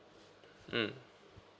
mm